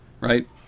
right